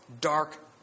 dark